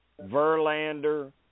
Verlander